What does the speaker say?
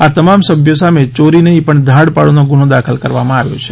આ તમામ સભ્યો સામે ચોરી નહીં પણ ધાડપાડુનો ગુનો દાખલ કરવામાં આવ્યો છે